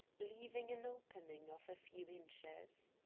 leaving an opening of a few inches.